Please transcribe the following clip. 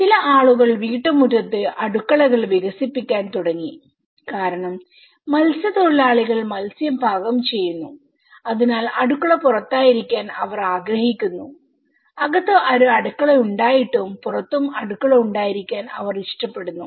ചില ആളുകൾ വീട്ടുമുറ്റത്ത് അടുക്കളകൾ വികസിപ്പിക്കാൻ തുടങ്ങി കാരണം മത്സ്യത്തൊഴിലാളികൾ മത്സ്യം പാകം ചെയ്യുന്നു അതിനാൽ അടുക്കള പുറത്തായിരിക്കാൻ അവർ ആഗ്രഹിക്കുന്നു അകത്ത് ഒരു അടുക്കളയുണ്ടായിട്ടും പുറത്തും അടുക്കള ഉണ്ടായിരിക്കാൻ അവർ ഇഷ്ടപ്പെടുന്നു